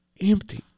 empty